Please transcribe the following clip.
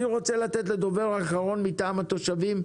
אני רוצה לתת לדובר האחרון מטעם התושבים,